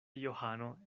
johano